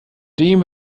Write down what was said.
dem